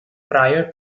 prior